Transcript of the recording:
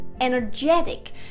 energetic